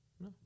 No